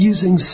Using